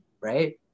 right